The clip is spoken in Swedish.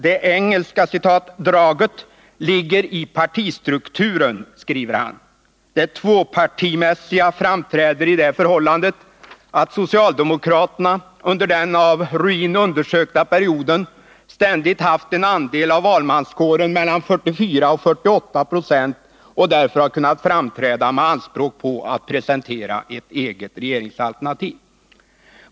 Det ”engelska” draget ligger i partistrukturen, skriver han. Det tvåpartimässiga framträder i det förhållandet att socialdemokraterna under den av Ruin undersökta perioden ständigt haft en andel av valmanskåren mellan 44 och 48 26 och därför har kunnat framträda med anspråk på att kunna presentera ett eget regeringsalternativ.